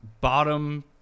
bottom